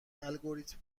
الگوریتم